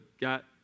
got